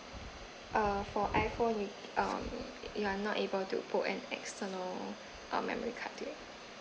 uh for iPhone you um you are not able to put an external um memory card in